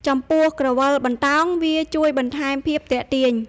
ចំពោះក្រវិលបណ្តោង វាជួយបន្ថែមភាពទាក់ទាញ។